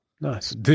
Nice